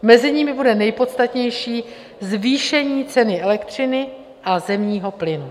Mezi nimi bude nejpodstatnější zvýšení ceny elektřiny a zemního plynu.